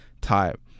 type